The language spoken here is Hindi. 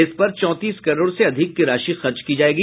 इस पर चौंतीस करोड़ से अधिक की राशि खर्च की जायेगी